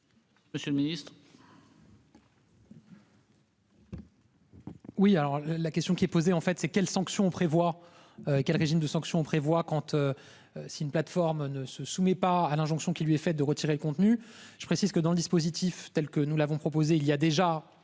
monsieur le ministre.